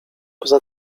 poza